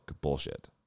bullshit